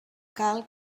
cal